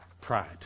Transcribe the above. Pride